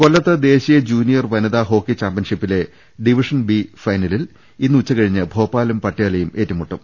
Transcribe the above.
കൊല്ലത്ത് ദേശീയ ജൂനിയർ വനിതാ ഹോക്കി ചാമ്പൃൻഷിപ്പിലെ ഡിവിഷൻ ബി ഫൈനലിൽ ഇന്ന് ഉച്ചകഴിഞ്ഞ് ഭോപ്പാലും പട്യാലയും ഏറ്റുമുട്ടും